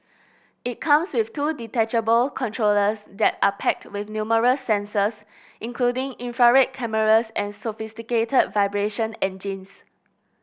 it comes with two detachable controllers that are packed with numerous sensors including infrared cameras and sophisticated vibration engines